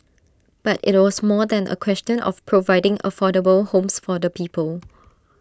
but IT was more than A question of providing affordable homes for the people